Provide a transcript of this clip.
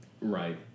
Right